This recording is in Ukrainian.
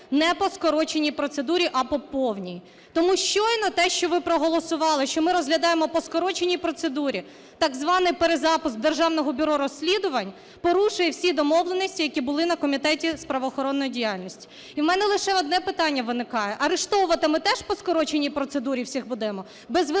не по скороченій процедурі, а по повній. Тому щойно те, що ви проголосували, що ми розглядаємо по скороченій процедурі так званий перезапуск Державного бюро розслідувань, порушує всі домовленості, які були на комітеті з правоохоронної діяльності. І в мене лише одне питання виникає: арештовувати ми теж по скороченій процедурі всіх будемо, без вироків